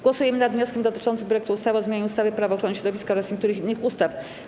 Głosujemy nad wnioskiem dotyczącym projektu ustawy o zmianie ustawy - Prawo ochrony środowiska oraz niektórych innych ustaw.